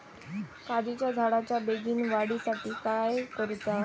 काजीच्या झाडाच्या बेगीन वाढी साठी काय करूचा?